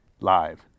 live